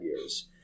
years